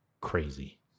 crazy